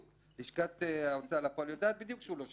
לשכת ההוצאה לפועל יודעת שהוא לא שילם.